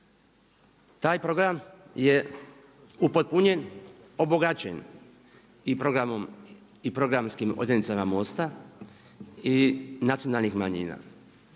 Taj program je upotpunjen, obogaćen i programskim odjecima MOST-a i nacionalnih manjina.